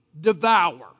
devour